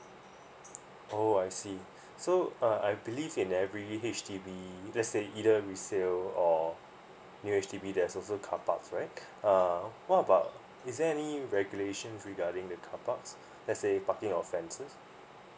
oh I see so uh I believe in every H_D_B let's say either resale or new H_D_B there's also carparks right uh what about is there any regulations regarding the carparks let's say parking offences